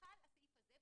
וחל הסעיף הזה,